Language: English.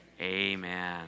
amen